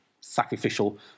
sacrificial